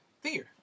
Fear